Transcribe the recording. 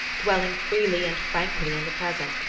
dwelling freely and frankly in the present,